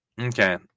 Okay